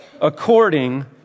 according